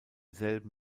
selben